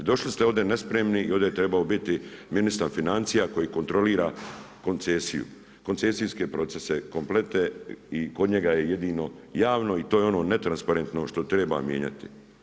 I došli ste ovdje nespremni i ovdje je trebao biti ministar financija koji kontrolira koncesiju, koncesijske procese, kompletne i kod njega je jedino javno i to je ono netransparentno što treba mijenjati.